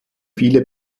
viele